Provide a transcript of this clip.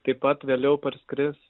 taip pat vėliau parskris